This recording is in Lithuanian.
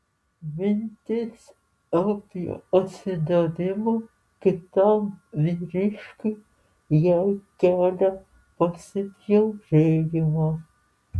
mintis apie atsidavimą kitam vyriškiui jai kelia pasibjaurėjimą